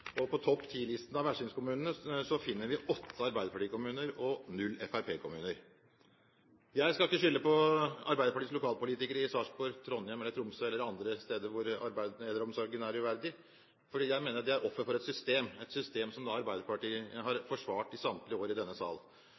på topp ti-listen av verstingkommunene. Vi finner her åtte arbeiderpartistyrte kommuner og null fremskrittspartistyrte kommuner. Jeg skal ikke skylde på Arbeiderpartiets lokalpolitikere i Sarpsborg, Trondheim, Tromsø eller andre steder hvor eldreomsorgen er uverdig, for jeg mener de er offer for et system – et system som Arbeiderpartiet i samtlige år har forsvart i denne